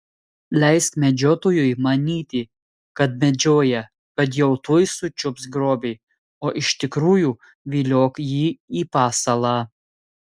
leisk medžiotojui manyti kad medžioja kad jau tuoj sučiups grobį o iš tikrųjų viliok jį į pasalą